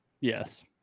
Yes